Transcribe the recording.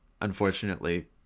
unfortunately